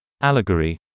allegory